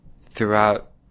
throughout